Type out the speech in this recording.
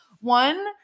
One